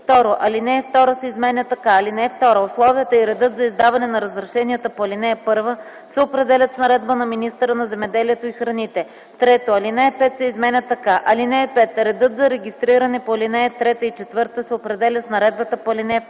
2. Алинея 2 се изменя така: „(2) Условията и редът за издаване на разрешенията по ал. 1 се определят с наредба на министъра на земеделието и храните.” 3. Алинея 5 се изменя така: „(5) Редът за регистриране по алинеи 3 и 4 се определя с наредбата по ал. 2.”